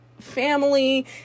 family